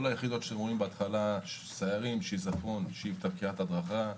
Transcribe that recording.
כל יחידות סיירים, שיזפון, שיבטה, קריית הדרכה,